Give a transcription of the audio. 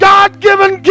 God-given